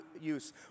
use